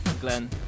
glenn